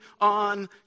on